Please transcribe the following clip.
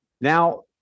now